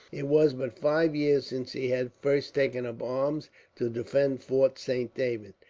it was but five years since he had first taken up arms to defend fort saint david,